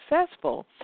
successful